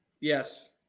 Yes